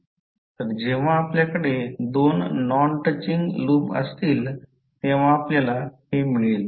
तर जेव्हा आपल्याकडे दोन नॉन टच लूप असतील तेव्हा आपल्याला हे मिळेल